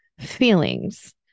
feelings